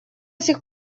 сих